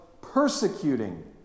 persecuting